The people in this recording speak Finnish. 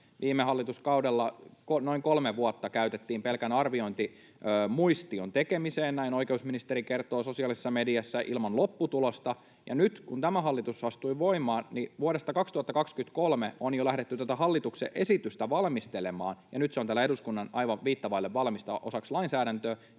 Viime hallituskaudella noin kolme vuotta käytettiin pelkän arviointimuistion tekemiseen — näin oikeusministeri kertoi sosiaalisessa mediassa — ilman lopputulosta, ja nyt kun tämä hallitus astui voimaan, niin vuodesta 2023 on jo lähdetty tätä hallituksen esitystä valmistelemaan, ja nyt se on täällä aivan viittä vaille valmiina osaksi lainsäädäntöä